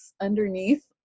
underneath